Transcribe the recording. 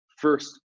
first